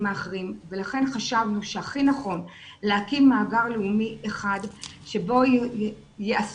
האחרים ולכן חשבנו שהכי נכון להקים מאגר לאומי אחד שבו יאספו